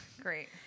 Great